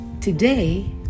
Today